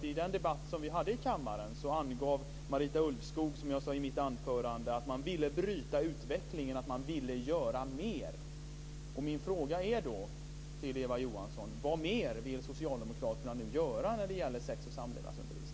I den debatt som vi hade i kammaren angav Marita Ulvskog, som jag sade i mitt anförande, att man vill bryta utvecklingen och göra mer. Min fråga till Eva Johansson är: Vad mer vill socialdemokraterna göra när det gäller sexoch samlevnadsundervisningen?